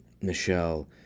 Michelle